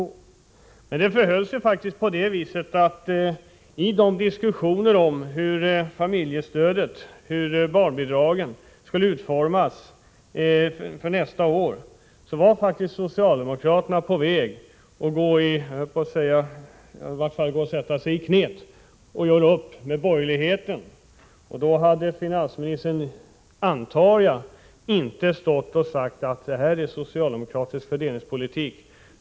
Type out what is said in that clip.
Men det förhöll sig faktiskt på det viset att socialdemokraterna i de diskussioner som fördes om hur familjestödet och barnbidragen skulle utformas för nästa år var på väg att — skulle jag vilja säga — i varje fall sätta sig i knät på borgerligheten och göra upp med denna. Men då hade finansministern, antar jag, inte stått och sagt att det här är socialdemokratisk fördelningspolitik.